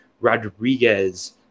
Rodriguez